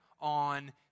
on